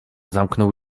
zamknął